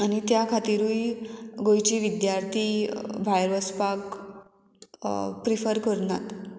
आनी त्या खातीरूय गोंयची विद्यार्थी भायर वचपाक प्रिफर करनात